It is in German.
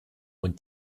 und